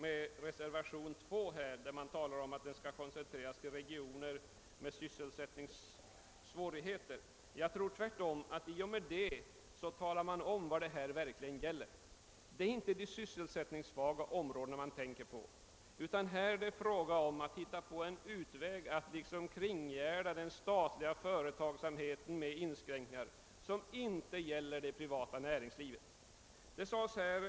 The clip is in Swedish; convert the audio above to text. I reservationen framhålles att man bör koncentrera sig endast på regioner där det råder sysselsättningssvårigheter. Därmed avslöjar man vad man verkligen menar. Det är inte de sysselsättningssvaga områdena man tänker på, utan man vill finna en utväg att kringgärda den statliga företagsamheten med inskränkningar som inte gäller för det privata näringslivet.